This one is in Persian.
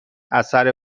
اثر